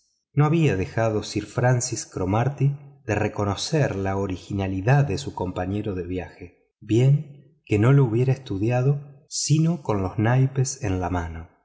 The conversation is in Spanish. no había dejado sir francis cromarty de reconocer la originalidad de su compañero de viaje bien que no lo hubiera estudiado sino con los naipes en la mano